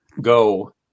go